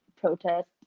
protest